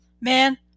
man